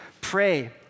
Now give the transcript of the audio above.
Pray